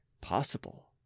possible